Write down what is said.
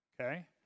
Okay